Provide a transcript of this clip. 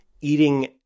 eating